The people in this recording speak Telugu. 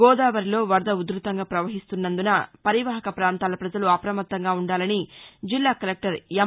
గోదావరిలో వరద ఉధ్భతంగా ప్రవహిస్తున్నందున పరివాహక ప్రాంతాల ప్రజలు అప్రమతంగా ఉండాలని జిల్లా కలెక్టర్ ఎమ్